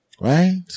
right